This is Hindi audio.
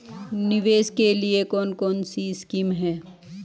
निवेश के लिए कौन कौनसी स्कीम हैं?